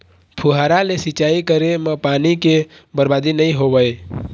फुहारा ले सिंचई करे म पानी के बरबादी नइ होवय